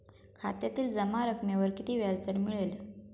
खात्यातील जमा रकमेवर किती व्याजदर मिळेल?